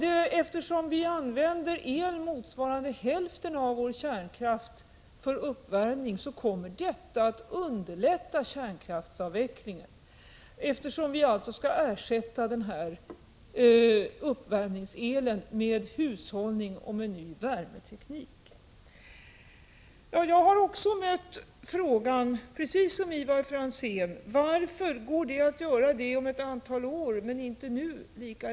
Eftersom vi använder el för uppvärmning motsvarande hälften av vår kärnkraftsproduktion, kommer detta att underlätta kärnkraftsavvecklingen. Vi skall ju alltså ersätta den el som används för uppvärmning med hushållning och ny värmeteknik. Jag har också precis som Ivar Franzén fått frågan varför det inte lika lätt går att göra det nu i stället för om ett antal år.